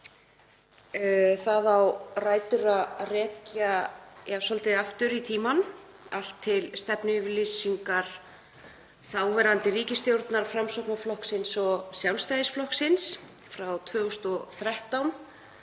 Það á rætur að rekja svolítið aftur í tímann, allt til stefnuyfirlýsingar þáverandi ríkisstjórnar Framsóknarflokksins og Sjálfstæðisflokksins frá 2013